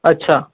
अच्छा